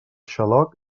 xaloc